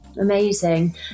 Amazing